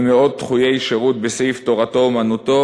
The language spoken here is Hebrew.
למאות דחויי שירות בסעיף תורתו-אומנותו,